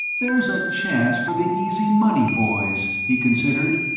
there's a chance for the easy-money boys, he considered.